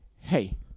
hey